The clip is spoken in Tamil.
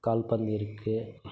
கால்பந்து இருக்குது